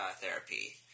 therapy